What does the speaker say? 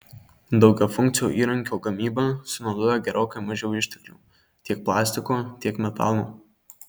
daugiafunkcio įrankio gamyba sunaudoja gerokai mažiau išteklių tiek plastiko tiek metalo